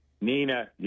Nina